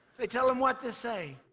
they tell them what to say.